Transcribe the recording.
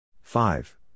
five